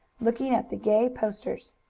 looking at the gay posters.